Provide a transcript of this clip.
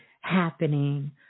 happening